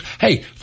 hey